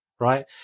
right